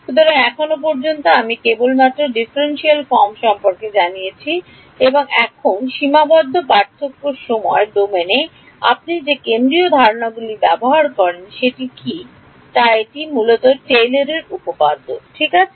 সুতরাং এখন পর্যন্ত আমি কেবলমাত্র ডিফারেনশিয়াল ফর্মটি সম্পর্কে জানিয়েছি এবং এখন সীমাবদ্ধ পার্থক্য সময় ডোমেনে আপনি যে কেন্দ্রীয় ধারণাগুলি ব্যবহার করেন সেটি কী তা এটি মূলত টেইলরের Tailor'sউপপাদ্য ঠিক আছে